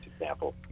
example